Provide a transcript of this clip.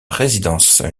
résidence